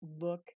look